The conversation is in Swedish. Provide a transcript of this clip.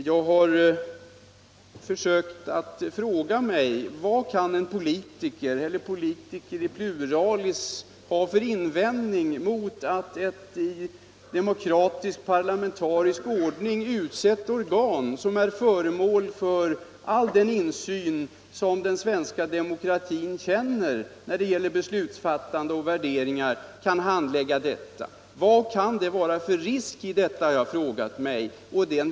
Jag har försökt att fråga mig: Vad kan en politiker eller politiker i pluralis ha för invändning mot att ett i demokratisk parlamentarisk ordning utsett organ, som är föremål för all den insyn som den svenska demokratin känner när det gäller värderingar och beslutsfattande, handlägger detta? Vad kan det vara för risk i detta?